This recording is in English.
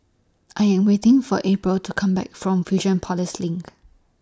I Am waiting For April to Come Back from LINK